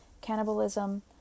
cannibalism